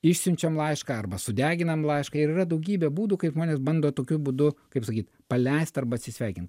išsiunčiam laišką arba sudeginam laišką ir yra daugybė būdų kaip žmonės bando tokiu būdu kaip sakyt paleist arba atsisveikint